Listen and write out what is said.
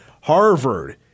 Harvard